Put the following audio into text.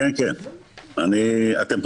קודם כול,